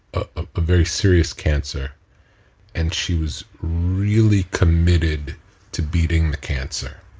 a very serious cancer and she was really committed to beating the cancer.